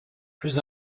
plus